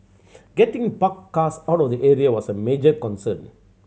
getting parked cars out of the area was a major concern